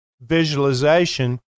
visualization